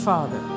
Father